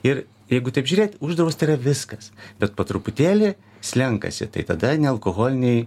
ir jeigu taip žiūrėt uždrausta yra viskas bet po truputėlį slenkasi tai tada nealkoholiniai